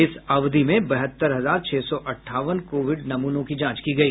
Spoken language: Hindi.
इस अवधि में बहत्तर हजार छह सौ अठावन कोविड नमूनों की जांच की गई